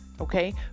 okay